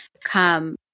come